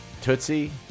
Tootsie